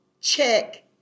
check